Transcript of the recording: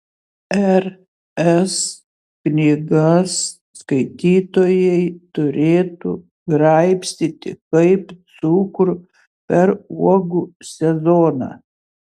r s knygas skaitytojai turėtų graibstyti kaip cukrų per uogų sezoną